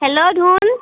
hello ধুন